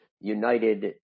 United